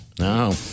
No